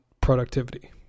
productivity